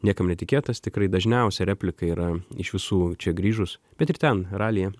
niekam netikėtas tikrai dažniausiai replika yra iš visų čia grįžus bet ir ten ralyje